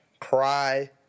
cry